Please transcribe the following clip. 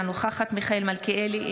אינה נוכחת מיכאל מלכיאלי,